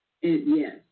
yes